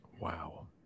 Wow